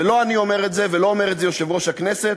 ולא אני אומר את זה ולא אומר את זה יושב-ראש הכנסת,